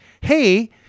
hey